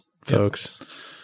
folks